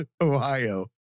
Ohio